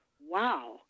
wow